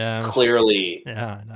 Clearly